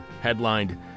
headlined